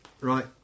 Right